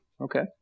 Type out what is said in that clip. Okay